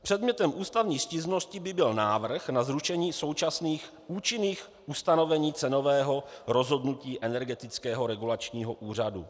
Předmětem ústavní stížnosti by byl návrh na zrušení současných účinných ustanovení cenového rozhodnutí Energetického regulačního úřadu.